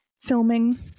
filming